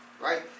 Right